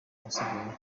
abasigaye